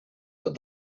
but